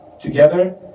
together